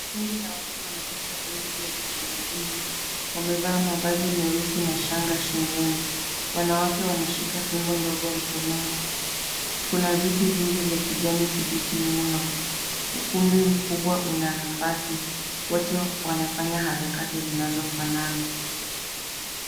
Kundi la watu wanacheza densi ya kitamaduni. Wamevaa mavazi meusi na shanga shingoni. Wanawake wanashika fimbo ndogo mkononi. Kuna viti vingi vya kijani kibichi nyuma. Ukumbi mkubwa una nafasi. Wote wanafanya harakatu zinazofanana.